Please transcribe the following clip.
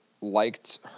liked